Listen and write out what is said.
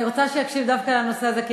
אני רוצה שהוא יקשיב דווקא לנושא הזה,